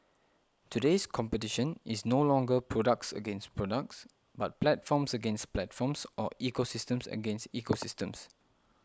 today's competition is no longer products against products but platforms against platforms or ecosystems against ecosystems